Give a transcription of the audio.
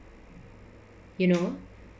you know